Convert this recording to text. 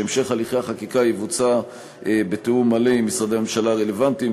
שהמשך הליכי החקיקה ייעשה בתיאום מלא עם משרדי הממשלה הרלוונטיים,